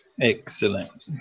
Excellent